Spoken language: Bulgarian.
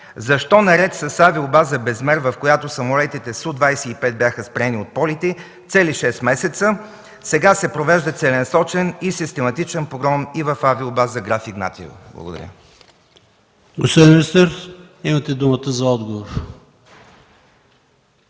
Защо наред с авиобаза „Безмер”, в която самолетите Су 25 бяха спрени от полети цели шест месеца, сега се провежда целенасочен и систематичен погром и в авиобаза „Граф Игнатиево”? Благодаря. ПРЕДСЕДАТЕЛ ПАВЕЛ ШОПОВ: Господин министър, имате думата за отговор.